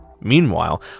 Meanwhile